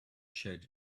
showed